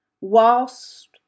whilst